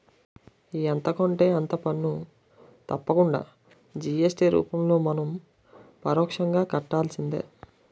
ఎంత కొంటే అంత పన్ను తప్పకుండా జి.ఎస్.టి రూపంలో మనం పరోక్షంగా కట్టాల్సిందే